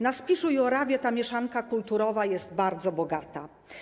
Na Spiszu i Orawie ta mieszanka kulturowa jest bardzo bogata.